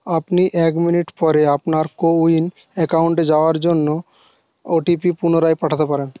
আপনি এক মিনিট পরে আপনার কোউইন অ্যাকাউন্টে যাওয়ার জন্য ওটিপি পুনরায় পাঠাতে পারেন